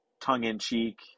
tongue-in-cheek